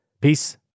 Peace